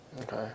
Okay